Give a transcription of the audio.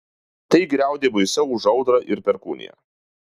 tai griaudė baisiau už audrą ir perkūniją